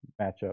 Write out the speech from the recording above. matchup